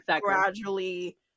gradually